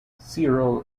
cyril